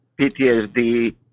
PTSD